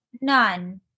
None